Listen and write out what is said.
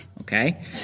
okay